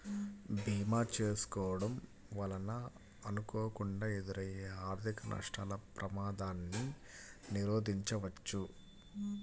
భీమా చేసుకోడం వలన అనుకోకుండా ఎదురయ్యే ఆర్థిక నష్టాల ప్రమాదాన్ని నిరోధించవచ్చు